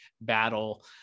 battle